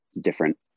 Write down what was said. different